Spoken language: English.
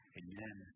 amen